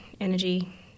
energy